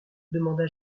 demanda